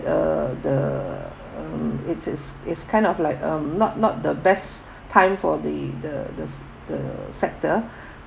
the the um it is it's kind of like um not not the best time for the the the the sector